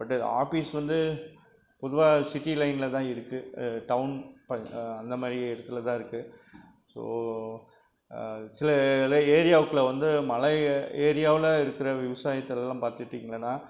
but office வந்து பொதுவாக city லைனில் தான் இருக்குது டவுன் அந்த மாதிரி இடத்துல தான் இருக்குது ஸோ சில ஏரியாவுக்ல வந்து மழை ஏரியாவில் இருக்கிற விவசாயத்திலலாம் பார்த்துக்கிட்டிங்கன்னா